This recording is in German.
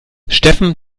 steffen